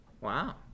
wow